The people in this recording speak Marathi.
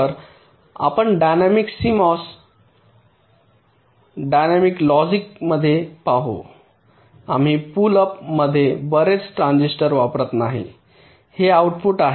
तर आपण डायनामिक्स सीएमओएस डायनॅमिक्स लॉजिकमध्ये पाहू आम्ही पुल अप मध्ये बरेच ट्रांझिस्टर वापरत नाही हे आउटपुट आहे